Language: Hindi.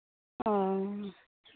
हाँ